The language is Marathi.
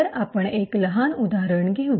तर आपण एक लहान उदाहरण घेऊ